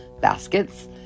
Baskets